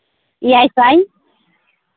ᱮᱭᱟᱭ ᱥᱟᱭ